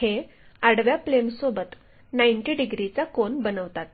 हे आडव्या प्लेनसोबत 90 डिग्रीचा कोन बनवतात